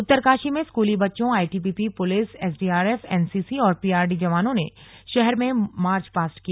उत्तरकाशी में स्कूली बच्चों आईटीबीपी पुलिस एसडीआरएफ एनसीसी और पीआरडी जवानों ने शहर में मार्च पास्ट किया